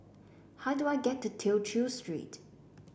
how do I get to Tew Chew Street